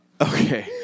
Okay